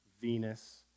Venus